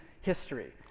history